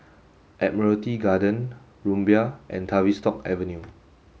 Admiralty Garden Rumbia and Tavistock Avenue